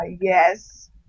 Yes